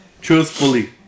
Truthfully